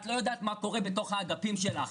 את לא יודעת מה קורה בתוך הדפים שלך,